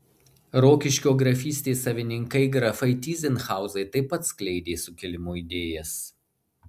rokiškio grafystės savininkai grafai tyzenhauzai taip pat skleidė sukilimo idėjas